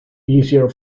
easier